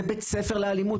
זה בית ספר לאלימות.